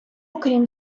окрім